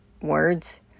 words